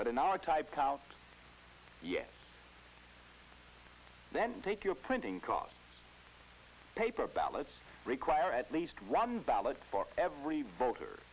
but in our type yes then take your printing costs paper ballots require at least one ballot for every rot